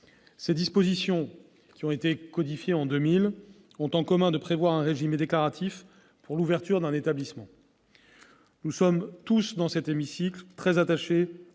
Ces dispositions, codifiées en 2000, ont en commun de prévoir un régime déclaratif pour l'ouverture d'un établissement. Nous sommes tous, dans cet hémicycle, très attachés